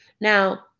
Now